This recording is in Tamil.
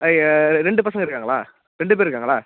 ஆ ரெண்டு பசங்க இருக்காங்களா ரெண்டு பேர் இருக்காங்களா